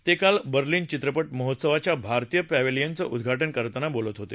ते काल बर्लिन चित्रपञ्महोत्सवाच्या भारतीय पॅवेलियनचं उद्घात करताना बोलत होते